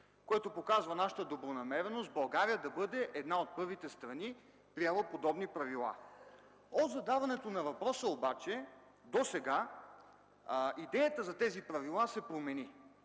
Това показва нашата добронамереност България да бъде една от първите страни, приела подобни правила. От задаването на въпроса обаче досега идеята за тези правила се промени